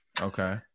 Okay